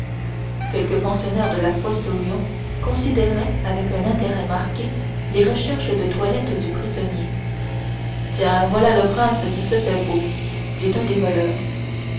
quelques pensionnaires de la fosse aux lions considéraient avec un intérêt marqué les recherches de toilette du prisonnier tiens voilà le prince qui se fait beau dit un des voleurs